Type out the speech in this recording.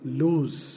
lose